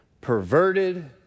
perverted